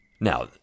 Now